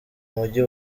mujyi